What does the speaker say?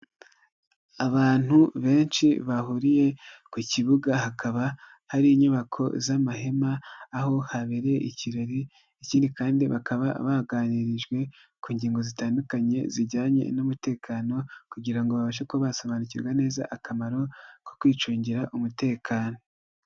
Abantu benshi bahuriye ku kibuga hakaba hari inyubako z'amahema, aho habereye ikirori, ikindi kandi bakaba baganirijwe, ku ngingo zitandukanye zijyanye n'umutekano kugira ngo babashe kubasobanukirwa neza akamaro ko kwicungira umutekano.